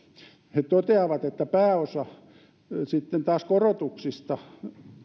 he toteavat että sitten taas pääosa korotuksista